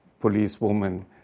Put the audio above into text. policewoman